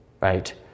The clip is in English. right